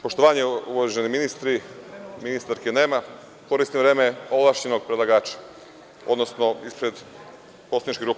Poštovanje uvaženi ministri, ministarke nema, koristim vreme ovlašćenog predlagača, odnosno ispred poslaničke grupe.